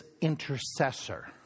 intercessor